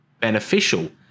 beneficial